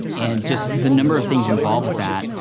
and just, the number of things involved with that,